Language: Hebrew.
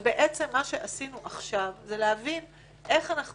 ומה שעשינו עכשיו זה להבין איך אנחנו